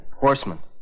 Horsemen